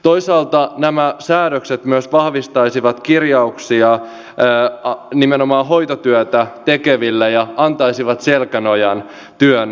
toisaalta nämä säädökset myös vahvistaisivat kirjauksia nimenomaan hoitotyötä tekeville ja antaisivat selkäno jan työn tekemiselle